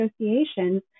associations